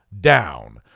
down